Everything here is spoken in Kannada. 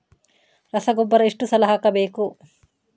ರಸಗೊಬ್ಬರ ಎಷ್ಟು ಸಲ ಹಾಕಬೇಕು?